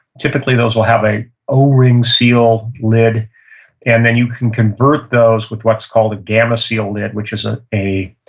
typically, those will have an o-ring seal lid and then you can convert those with what's called a gamma seal lid, which is ah a